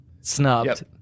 Snubbed